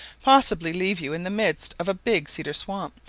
possibly leave you in the midst of a big cedar swamp,